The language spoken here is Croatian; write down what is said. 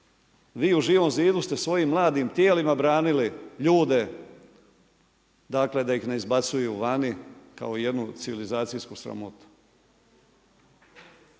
vi U Živom zidu ste svojim mladim tijelima branili ljude dakle, da ih ne izbacuju vani kao jednu civilizacijsku sramotu.